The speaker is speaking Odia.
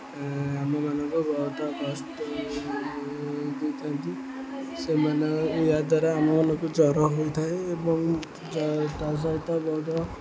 ଆମମାନଙ୍କୁ ବହୁତ କଷ୍ଟ ଦେଇଥାନ୍ତି ସେମାନେ ଏହା ଦ୍ୱାରା ଆମମାନଙ୍କୁ ଜ୍ଵର ହୋଇଥାଏ ଏବଂ ତା ସହିତ ବହୁତ